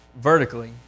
vertically